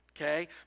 Okay